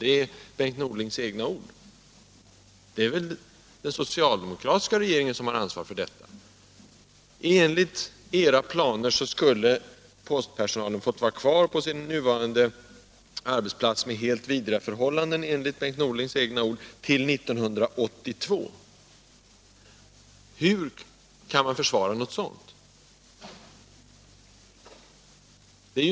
Det måste väl vara den socialdemokratiska regeringen som har ansvaret för detta! Och enligt den socialdemokratiska regeringens planer skulle postpersonalen ha fått vara kvar på sin nuvarande arbetsplats med dessa helt vidriga förhållanden till år 1982. Hur kan man försvara ett sådant handlande?